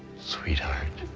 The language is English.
sweetheart,